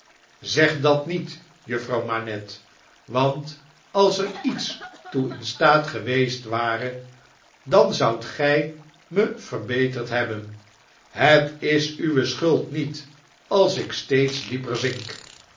zeg dat niet juffrouw manette want als er iets toe in staat geweest ware dan zoudt gjj me verbeterd hebben het is uwe schuld niet als ik steeds dieper zink